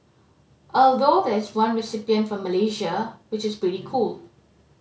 although there is one recipient from Malaysia which is pretty cool